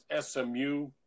SMU